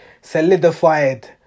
solidified